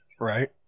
Right